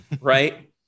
right